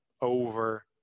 over